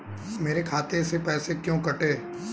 मेरे खाते से पैसे क्यों कटे?